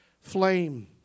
flame